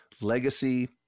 legacy